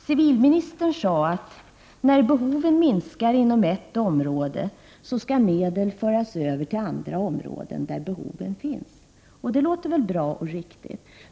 Civilministern sade att när behoven minskar inom ett område skall medel föras över till andra områden, där behov finns. Det låter bra.